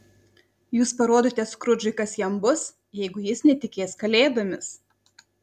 jūs parodote skrudžui kas jam bus jeigu jis netikės kalėdomis